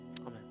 Amen